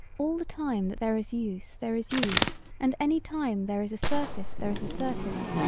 all the time that there is use there is use and any time there is a surface there is a surface,